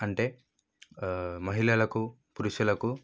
అంటే మహిళలకు పురుషులకు